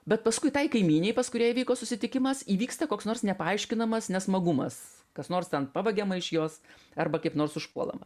bet paskui tai kaimynei pas kurią įvyko susitikimas įvyksta koks nors nepaaiškinamas nesmagumas kas nors ten pavagiama iš jos arba kaip nors užpuolama